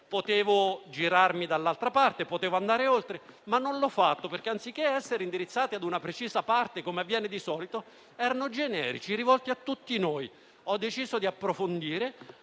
Potevo girarmi dall'altra parte e andare oltre, ma non l'ho fatto perché, anziché essere indirizzati ad una precisa parte politica, come avviene di solito, erano generici, rivolti a tutti noi. Ho deciso di approfondire,